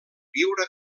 viure